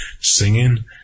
singing